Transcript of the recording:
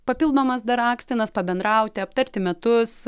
papildomas dar akstinas pabendrauti aptarti metus